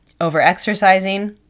over-exercising